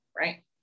right